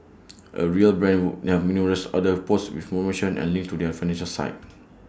A real brand would numerous other posts with promotions and links to their site